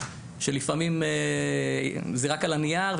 שלפעמים זה רק על הנייר,